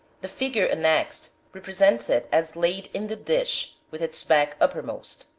the figure annexed represents it as laid in the dish, with its back uppermost.